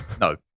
no